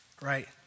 right